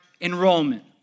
enrollment